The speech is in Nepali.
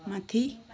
माथि